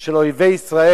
של אויבי ישראל.